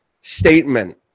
statement